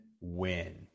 win